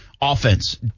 offense